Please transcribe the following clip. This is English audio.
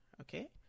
Okay